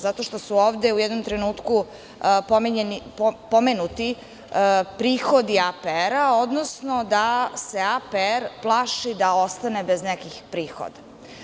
Zato što su ovde u jednom trenutku pomenuti prihodi APR, odnosno da se APR plaši da ostane bez nekih prihoda.